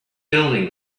building